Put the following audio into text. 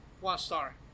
one-star